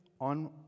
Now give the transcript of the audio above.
on